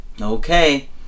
Okay